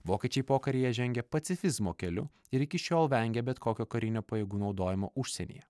vokiečiai pokaryje žengia pacifizmo keliu ir iki šiol vengia bet kokio karinio pajėgų naudojimo užsienyje